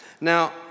Now